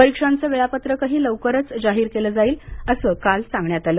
परीक्षांचं वेळापत्रकही लवकरच जाहीर केलं जाईल असं काल सांगण्यात आलं